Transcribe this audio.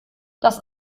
das